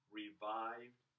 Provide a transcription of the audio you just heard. revived